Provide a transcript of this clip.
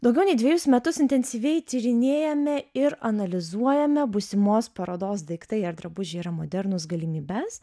daugiau nei dvejus metus intensyviai tyrinėjame ir analizuojame būsimos parodos daiktai ar drabužiai yra modernūs galimybes